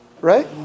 right